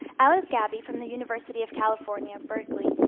alice gaby from the university of california, berkeley,